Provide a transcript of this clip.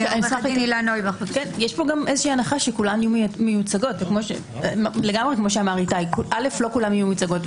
יש פה הנחה שכולן מיוצגות לא כולן יהיו מיוצגות.